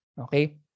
okay